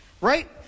Right